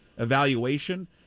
Evaluation